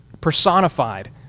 personified